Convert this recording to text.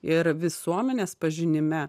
ir visuomenės pažinime